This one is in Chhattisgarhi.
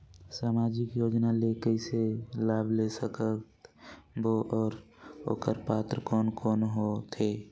समाजिक योजना ले कइसे लाभ ले सकत बो और ओकर पात्र कोन कोन हो थे?